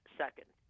second